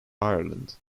ireland